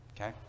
okay